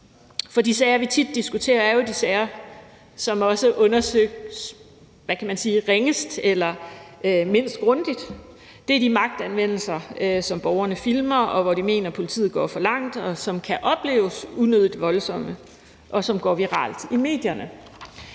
For de sager, vi tit diskuterer, er jo de sager, som også undersøges ringest eller mindst grundigt. Det er de magtanvendelser, som borgerne filmer, hvor de mener politiet går for langt, som kan opleves unødigt voldsomme, og som går viralt i medierne.